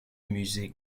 musée